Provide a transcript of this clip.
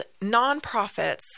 nonprofits